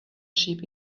sheep